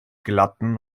glatten